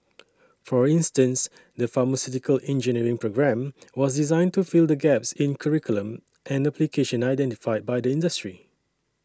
for instance the pharmaceutical engineering programme was designed to fill the gaps in curriculum and application identified by the industry